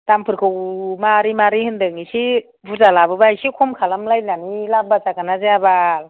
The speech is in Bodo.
दामफोरखौ माबोरै माबोरै होनदों इसे बुरजा लाबोबा इसे खम खालामलायनानै लाब्बा जागोन ना जाया बाल